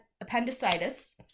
appendicitis